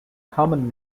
common